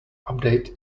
update